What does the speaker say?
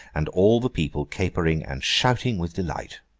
and all the people capering and shouting with delight.